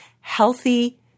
Healthy